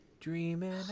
Dreaming